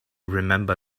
remember